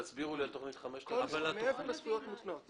תסבירו לי על תכנית 5000. מעבר לזכויות מותנות.